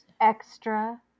extra